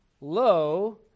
Lo